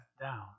down